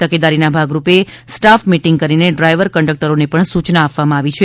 તકેદારીના ભાગરૂપે staff meeting કરીને ડ્રાઈવરકંડકટરોને પણ સૂચના આપવામાં આવી છે